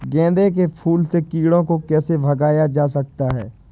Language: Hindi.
गेंदे के फूल से कीड़ों को कैसे भगाया जा सकता है?